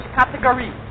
category